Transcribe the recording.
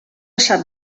sap